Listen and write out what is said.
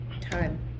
time